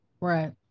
Right